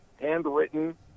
handwritten